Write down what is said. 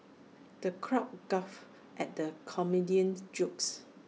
the crowd guffawed at the comedian's jokes